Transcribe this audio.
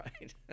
right